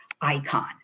icon